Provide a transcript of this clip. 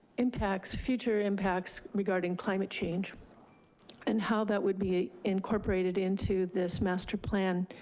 impacts, future impacts regarding climate change and how that would be incorporated into this master plan.